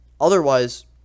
Otherwise